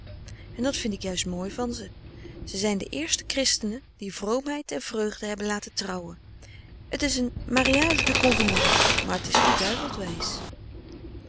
en dat vind ik juist mooi van ze ze zijn de eerste christenen die vroomheid en vreugde hebben laten trouwen t is een mariage de convenance maar t is verduiveld wijs